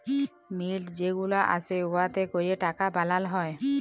মিল্ট যে গুলা আসে উয়াতে ক্যরে টাকা বালাল হ্যয়